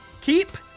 keep